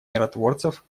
миротворцев